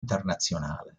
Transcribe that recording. internazionale